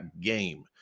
game